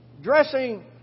dressing